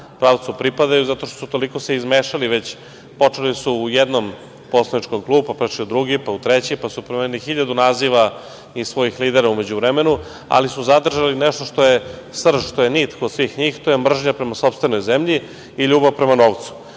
pravcu pripadaju, zato što su se toliko već izmešali. Počeli su u jednom poslaničkom klubu, pa prešli u drugi, pa u treći, pa su promenili hiljadu naziva i svojih lidera u međuvremenu, ali su zadržali nešto što je srž, što je nit kod svih njih, to je mržnja prema sopstvenoj zemlji i ljubav prema novcu.